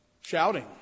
Shouting